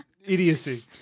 Idiocy